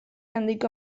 handiko